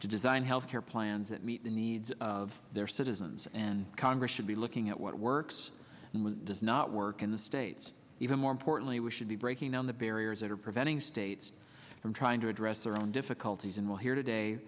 to design health care plans that meet the needs of their citizens and congress should be looking at what works and what does not work in the states even more importantly we should be breaking down the barriers that are preventing states from trying to address their own difficulties and we'll hear today